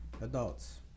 adults